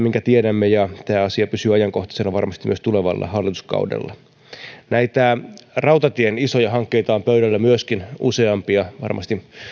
minkä tiedämme ja tämä asia pysyy ajankohtaisena varmasti myös tulevalla hallituskaudella myöskin näitä rautatien isoja hankkeita on pöydällä useampia varmasti